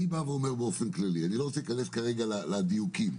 באופן כללי, ואני לא רוצה להיכנס כרגע לדיוקים,